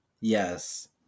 yes